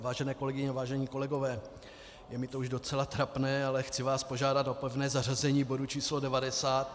Vážené kolegyně, vážení kolegové, je mi to už docela trapné, ale chci vás požádat o pevné zařazení bodu č. 90